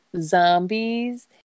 zombies